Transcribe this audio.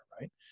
right